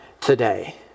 today